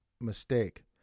mistake